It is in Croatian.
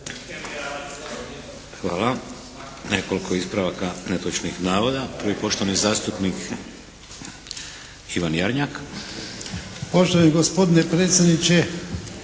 Hvala. Nekoliko ispravaka netočnih navoda. Prvi poštovani zastupnik Ivan Jarnjak. **Jarnjak, Ivan (HDZ)** Poštovani gospodine predsjedniče,